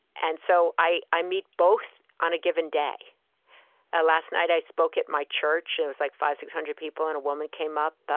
and so i i meet both, on a given day ah last night, i spoke at my church. it was like five hundred, six hundred people. and a woman came up,